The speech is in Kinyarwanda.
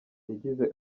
yagize